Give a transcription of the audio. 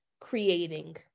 creating